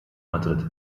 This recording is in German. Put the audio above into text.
madrid